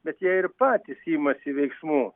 bet jie ir patys imasi veiksmų